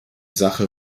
sache